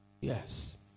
Yes